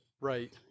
right